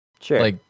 Sure